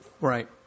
Right